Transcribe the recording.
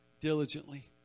Diligently